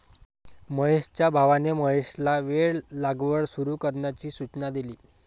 महेशच्या भावाने महेशला वेल लागवड सुरू करण्याची सूचना केली